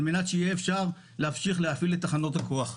על מנת שאפשר יהיה להמשיך להפעיל את תחנות הכוח.